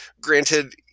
granted